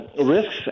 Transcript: risks